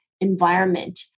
environment